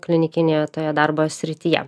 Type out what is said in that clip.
klinikinėje toje darbo srityje